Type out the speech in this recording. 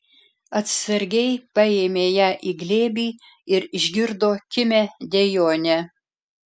atsargiai paėmė ją į glėbį ir išgirdo kimią dejonę